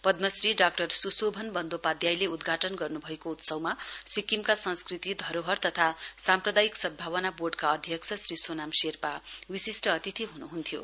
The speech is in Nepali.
पद्ममश्री डास्शोभन बन्धोपाध्यायले उद्घाटन गर्न्भएको उत्सवमा सिक्किमका संस्कृति धरोहर तथा साम्प्रदायिक सदभावना बोर्डका अध्यक्ष श्री सोनाम शेर्पा विशिस्ट अतिथि हुनुहन्थ्यो